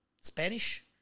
Spanish